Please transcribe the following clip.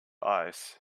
ice